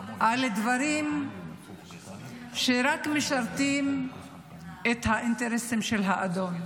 בשביל דברים שמשרתים רק את האינטרסים של האדון.